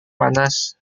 panas